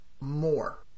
more